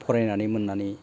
फरायनानै मोननानै